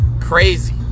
Crazy